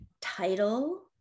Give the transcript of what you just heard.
title